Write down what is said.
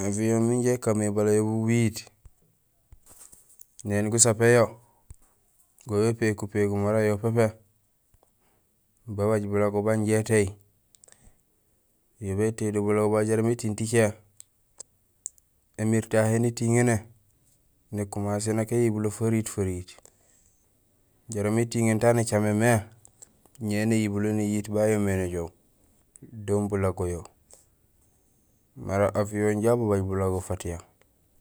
Aviyon mi inja ékaan mé bala yo bubuyiit, néni gasapéén yo, go bépéék upégum wara yo pépé. Babaaj bulago banja étéy, yo bétéy do bulago babu jaraam étiiŋ ticé, émiir tahé nétiŋéné, nékumasé nak éyibulo feriit feriit jaraam étiŋéén taan écaméén mé ñé néyibulo néyiit ban yoomé néjoow don bulago yo mara aviyon inja ababaaj bulago fatiya